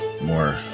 more